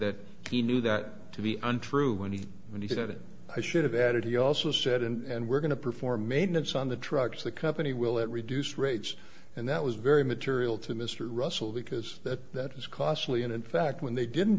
that he knew that to be untrue when he when he said it i should have added he also said and we're going to perform maintenance on the trucks the company will at reduced rates and that was very material to mr russell because that was costly and in fact when they didn't